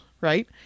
right